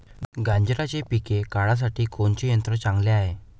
गांजराचं पिके काढासाठी कोनचे यंत्र चांगले हाय?